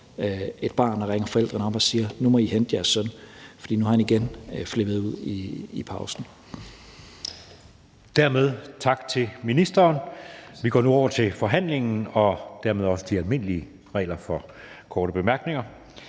et barn og ringer forældrene op og siger: Nu må I hente jeres søn, for nu har han igen flippet ud i pausen. Kl. 17:15 Anden næstformand (Jeppe Søe): Dermed tak til ministeren. Vi går nu over til forhandlingen og dermed også de almindelige regler for korte bemærkninger.